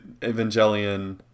Evangelion